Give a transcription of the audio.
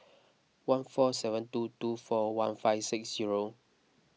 one four seven two two four one five six zero